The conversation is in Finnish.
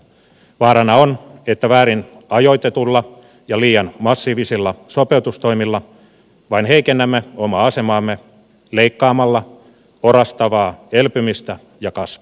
vaarana on että väärin ajoitetuilla ja liian massiivisilla sopeutustoimilla vain heikennämme omaa asemaamme leikkaamalla orastavaa elpymistä ja kasvua